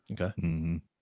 Okay